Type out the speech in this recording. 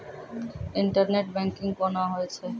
Internet banking कोना होय छै?